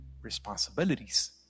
responsibilities